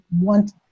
want